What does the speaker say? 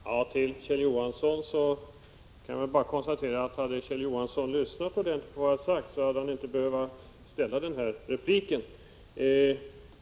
Herr talman! Om Kjell Johansson hade lyssnat till vad jag sade hade han inte behövt ställa denna fråga.